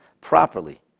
properly